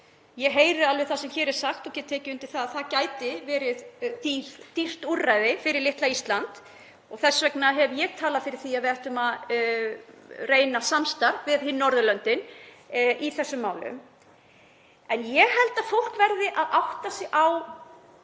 Ég heyri alveg það sem hér er sagt og get tekið undir að það gæti verið dýrt úrræði fyrir litla Ísland og þess vegna hef ég talað fyrir því að reyna samstarf við hin Norðurlöndin í þessum málum. Ég held þó að fólk verði að átta sig á